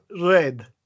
red